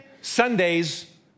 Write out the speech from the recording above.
Sundays